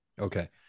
Okay